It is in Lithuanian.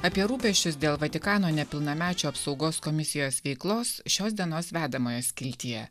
apie rūpesčius dėl vatikano nepilnamečių apsaugos komisijos veiklos šios dienos vedamojo skiltyje